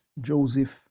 Joseph